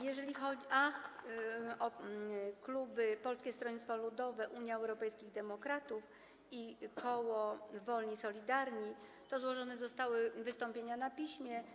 Jeżeli chodzi o klub Polskiego Stronnictwa Ludowego - Unii Europejskich Demokratów i koło Wolni i Solidarni, to złożone zostały wystąpienia na piśmie.